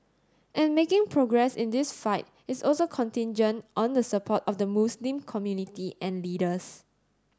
and making progress in this fight is also contingent on the support of the Muslim community and leaders